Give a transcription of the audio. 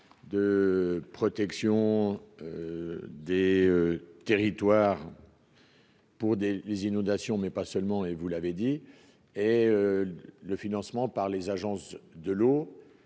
de protection des territoires. Pour des les inondations mais pas seulement, et vous l'avez dit, et le financement par les agences de l'eau